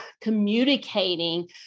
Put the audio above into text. communicating